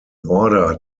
order